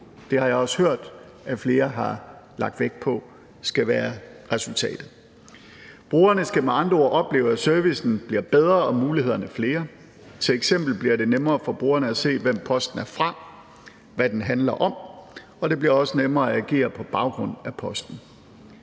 Det har jeg også hørt flere har lagt vægt på skal være resultatet. Brugerne skal med andre ord opleve, at servicen bliver bedre og mulighederne flere. Som eksempel bliver det nemmere for brugerne at se, hvem posten er fra, og hvad den handler om, og det bliver også nemmere at agere på baggrund af posten.